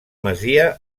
masia